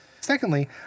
Secondly